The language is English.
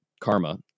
Karma